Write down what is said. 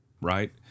Right